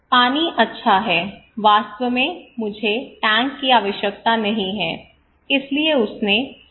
पानी अच्छा है वास्तव में मुझे टैंक की आवश्यकता नहीं है इसलिए उसने छोड़ दिया